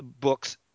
books